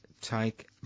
take